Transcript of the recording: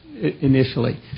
initially